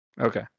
Okay